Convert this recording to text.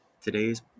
Today's